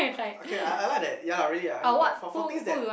okay I I like that ya lah really lah like for for things that